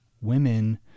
women